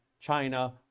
China